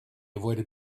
avoided